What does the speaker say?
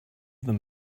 them